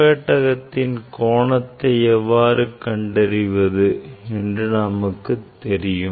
முப்பெட்டகத்தின் கோணத்தை எவ்வாறு கண்டறிவது என்று நமக்குத் தெரியும்